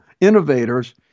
innovators